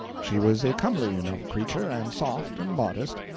she was a comely enough creature, and soft and modest,